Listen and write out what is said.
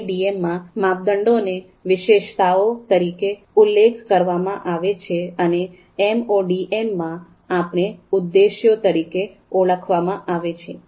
MADM માં માપદંડોને વિશેષતાઓ તરીકે ઉલ્લેખ કરવામાં આવે છે અને એમઓડીએમ માં એણે ઉદ્દેશો તરીકે ઓળખવામાં આવે છે